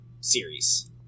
series